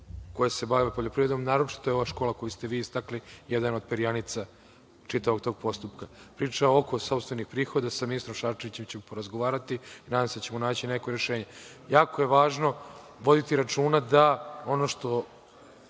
koje se bave poljoprivredom, naročito ova škola koju ste vi istakli jedna od perjanica čitavog tog postupka. Priča oko sopstvenih prihoda, sa ministrom Šarčevićem, ću porazgovarati. Nadam se da ćemo naći neko rešenje. Jako je važno voditi računa da ono što